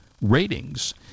ratings